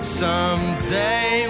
someday